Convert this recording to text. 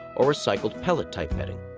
or recycled pellet-type bedding.